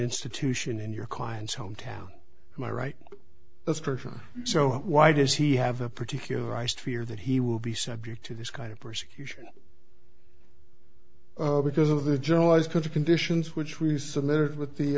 institution in your client's hometown my right as a person so why does he have a particular riced fear that he will be subject to this kind of persecution because of the generalized kind of conditions which we submitted with the